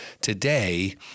today